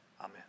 Amen